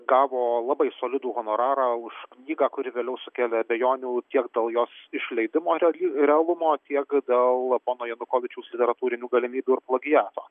gavo labai solidų honorarą už knygą kuri vėliau sukelė abejonių tiek dėl jos išleidimo real realumo tiek dėl pono janukovyčiaus literatūrinių galimybių ir plagiato